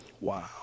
Wow